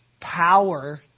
power